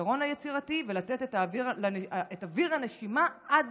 פתרון יצירתי ולתת את אוויר הנשימה עד